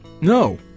no